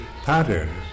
pattern